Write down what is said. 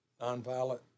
nonviolent